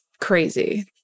crazy